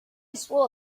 swore